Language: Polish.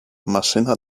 maszyna